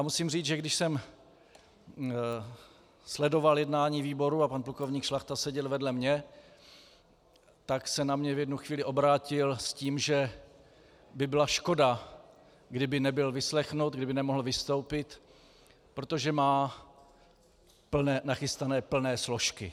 Musím říct, že když jsem sledoval jednání výboru a pan plukovník Šlachta seděl vedle mě, tak se na mě v jednu chvíli obrátil s tím, že by byla škoda, kdyby nebyl vyslechnut, kdyby nemohl vystoupit, protože má nachystané plné složky.